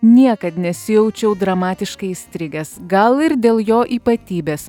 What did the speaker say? niekad nesijaučiau dramatiškai įstrigęs gal ir dėl jo ypatybės